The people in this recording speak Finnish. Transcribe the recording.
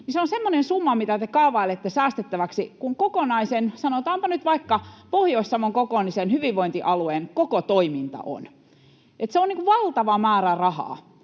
vähän, niin se, mitä te kaavailette säästettäväksi, on semmoinen summa kuin kokonaisen, sanotaanpa nyt vaikka, että Pohjois-Savon kokoisen, hyvinvointialueen koko toiminta on. Se on valtava määrä rahaa.